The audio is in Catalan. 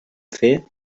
fer